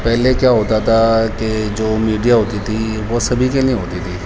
پہلے کیا ہوتا تھا کہ جو میڈیا ہوتی تھی وہ سبھی کے لیے ہوتی تھی